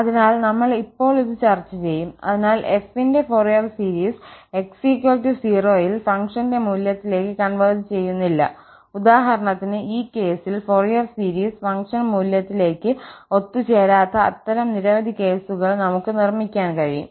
അതിനാൽ നമ്മൾ ഇപ്പോൾ ഇത് ചർച്ച ചെയ്യും അതിനാൽ f ന്റെ ഫൊറിയർ സീരീസ് x 0 ൽ ഫംഗ്ഷന്റെ മൂല്യത്തിലേക്ക് കൺവെർജ് ചെയ്യുന്നില്ല ഉദാഹരണത്തിന് ഈ കേസിൽ ഫൊറിയർ സീരീസ് ഫംഗ്ഷൻ മൂല്യത്തിലേക്ക് ഒത്തുചേരാത്ത അത്തരം നിരവധി കേസുകൾ നമുക്ക് നിർമ്മിക്കാൻ കഴിയും